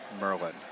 Merlin